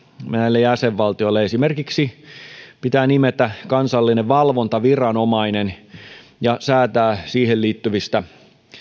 näille jäsenvaltioille esimerkiksi pitää nimetä kansallinen valvontaviranomainen ja säätää siihen liittyvistä